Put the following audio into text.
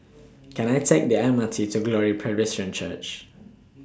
Can I Take The M R T to Glory Presbyterian Church